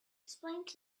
explained